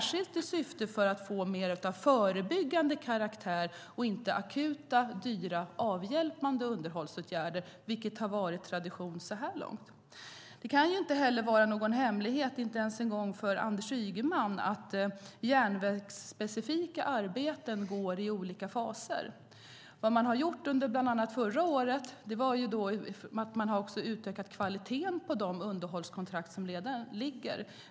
Syftet är särskilt att arbeta mer förebyggande för att inte behöva vidta akuta, dyra, avhjälpande underhållsåtgärder, vilket varit tradition så här långt. Det kan inte heller vara någon hemlighet, inte ens för Anders Ygeman, att järnvägsspecifika arbeten går i olika faser. Det man gjort, bland annat förra året, är att man utvecklat kvaliteten på de underhållskontrakt som redan föreligger.